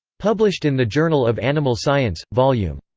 published in the journal of animal science, vol. yeah um